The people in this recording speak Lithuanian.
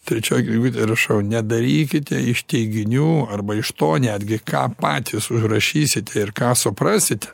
trečioj knygutėj rašau nedarykite iš teiginių arba iš to netgi ką patys užrašysite ir ką suprasite